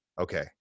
Okay